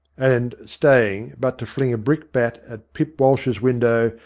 and, staying but to fling a brickbat at pip walsh's window,